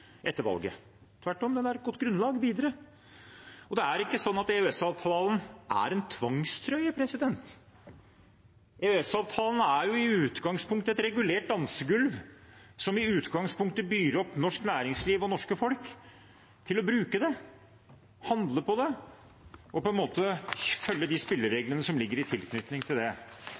Tvert om er den et godt grunnlag videre. Det er ikke sånn at EØS-avtalen er en tvangstrøye. EØS-avtalen er i utgangspunktet et regulert dansegulv som byr opp norsk næringsliv og norske folk til å bruke det, handle på det og følge de spillereglene som ligger i tilknytning til det.